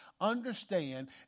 understand